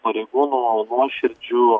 pareigūnų nuoširdžių